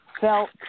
felt